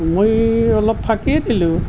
মই অলপ ফাঁকিয়ে দিলোঁ